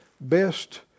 Best